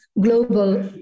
global